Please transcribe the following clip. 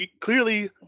clearly